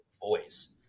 voice